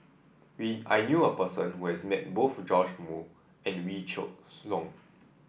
I knew a person who has met both Joash Moo and Wee Shoo Leong